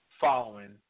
Following